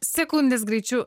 sekundės greičiu